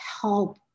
help